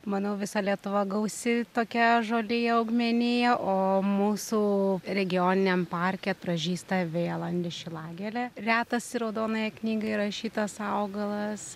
manau visa lietuva gausi tokia žolija augmenija o mūsų regioniniam parke pražysta vėlandė šilagėlė retas į raudonąją knygą įrašytas augalas